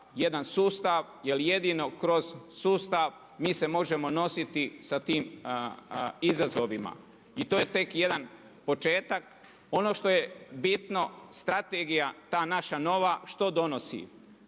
jedan sustav, jer jedino kroz sustav mi se možemo nositi sa tim izazovima. I to je tek jedan početak. Ono što je bitno, strategija, ta naša nova, što donosi?